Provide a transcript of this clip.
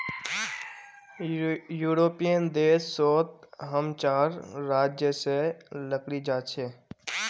European देश सोत हम चार राज्य से लकड़ी जा छे